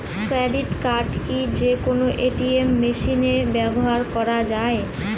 Credit card কি যে কোনো এ.টি.এম মেশিনে ব্যবহার করা য়ায়?